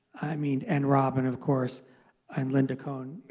i mean, and robin of course and linda cohn,